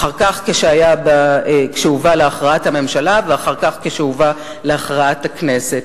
אחר כך כשהובא להכרעת הממשלה ואחר כך כשהובא להכרעת הכנסת.